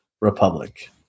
Republic